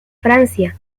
francia